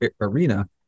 arena